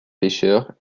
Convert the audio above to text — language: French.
pêcheurs